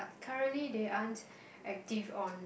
currently they aren't active on